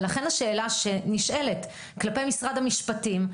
ולכן השאלה שנשאלת כלפי משרד המשפטים,